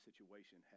situation